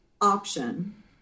option